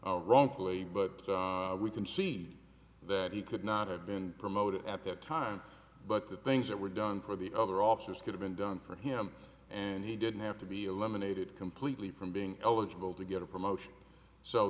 wrongfully but we can see that he could not have been promoted at that time but the things that were done for the other officers could have been done for him and he didn't have to be eliminated completely from being eligible to get a promotion so